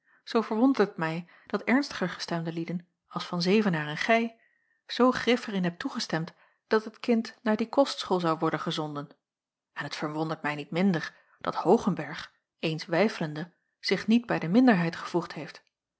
zoo verwondert het mij dat ernstiger gestemde lieden als van zevenaer en gij zoo grif er in hebt toegestemd dat het kind naar die kostschool zou worden gezonden en het verwondert mij niet minder dat hoogenberg eens weifelende zich niet bij de minderheid gevoegd heeft